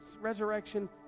resurrection